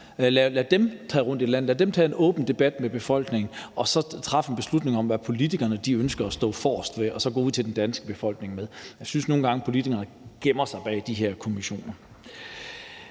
Lad dem tage rundt i landet, lad dem tage en åben debat med befolkningen, og så kan vi træffe en beslutning om, hvad politikerne ønsker at stå forrest for og gå ud til den danske befolkning med. Jeg synes nogle gange, at politikerne gemmer sig bag de her kommissioner.